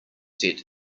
set